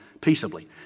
peaceably